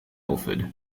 ilford